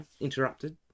interrupted